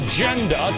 Agenda